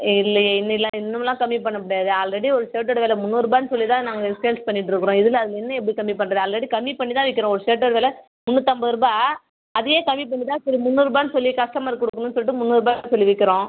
இல்லையே இன்னிலாம் இன்னும்லாம் கம்மி பண்ண முடியாது ஆல்ரெடி ஒரு ஷர்ட்டோடய வெலை முந்நூறுரூபான்னு சொல்லி தான் நாங்கள் சேல்ஸ் பண்ணிகிட்டு இருக்குறோம் இதில் அது இன்னும் எப்படி கம்மி பண்ணுறது ஆல்ரெடி கம்மி பண்ணி தான் விற்கிறோம் ஒரு ஷர்ட்டோடய வெலை முந்நூற்றம்பதுரூபா அதையே கம்மி பண்ணி தான் சரி முந்நூறூரூபாய்ன்னு சொல்லி கஸ்டமருக்கு கொடுக்கணும் சொல்லிட்டு முந்நூறுரூபாய்னு சொல்லி விற்கிறோம்